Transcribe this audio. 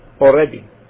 already